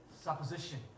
supposition